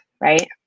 right